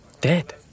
Dead